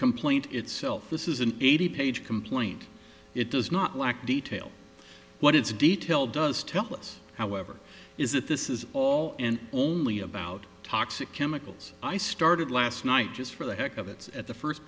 complaint itself this is an eighty page complaint it does not lack detail what its detail does tell us however is that this is all and only about toxic chemicals i started last night just for the heck of it at the first